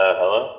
hello